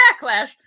Backlash